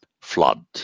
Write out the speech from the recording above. flood